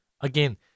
Again